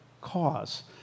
cause